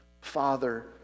father